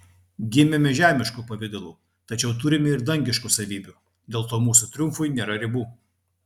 gimėme žemišku pavidalu tačiau turime ir dangiškų savybių dėl to mūsų triumfui nėra ribų